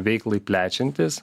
veiklai plečiantis